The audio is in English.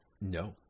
no